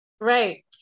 Right